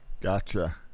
Gotcha